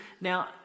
now